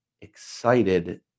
excited